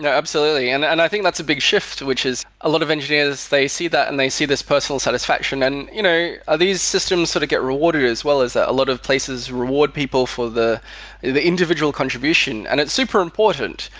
absolutely, and and i think that's a big shift, which is a lot of engineers, they see that and they see this personal satisfaction. and you know ah these systems sort of get rewarded as well as ah a lot of places, reward people for the the individual contribution, and it's super important.